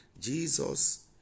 Jesus